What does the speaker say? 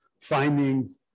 finding